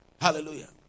Hallelujah